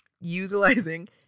utilizing